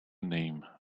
name